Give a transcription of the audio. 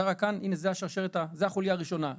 זו החוליה הראשונה בשרשרת.